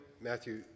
Matthew